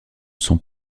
sont